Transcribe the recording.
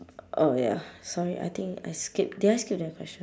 oh ya sorry I think I skip did I skip that question